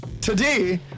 Today